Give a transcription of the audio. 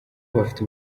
bafite